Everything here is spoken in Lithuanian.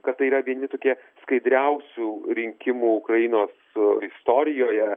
kad tai yra vieni tokie skaidriausių rinkimų ukrainos istorijoje